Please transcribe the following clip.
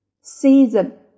season